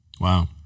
Wow